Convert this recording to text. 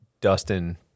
Dustin